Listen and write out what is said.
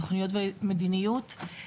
תוכניות ומדיניות.